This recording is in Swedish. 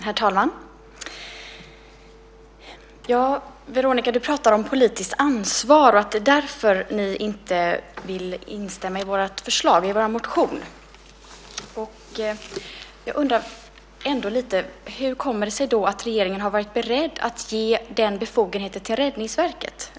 Herr talman! Veronica, du pratar om politiskt ansvar och att det är därför ni inte vill instämma i vår motion. Jag undrar hur det då kommer sig att regeringen har varit beredd att ge den befogenheten till Räddningsverket.